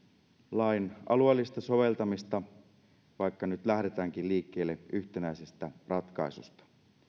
lain alueellista soveltamista vaikka nyt lähdetäänkin liikkeelle yhtenäisestä ratkaisusta